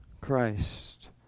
Christ